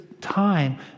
time